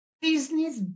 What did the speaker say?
business